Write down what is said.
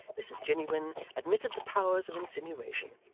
mrs jiniwin admitted the powers of insinuation,